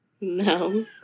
No